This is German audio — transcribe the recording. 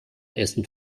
essen